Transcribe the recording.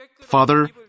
Father